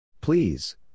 Please